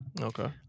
okay